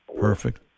Perfect